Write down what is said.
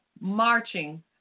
marching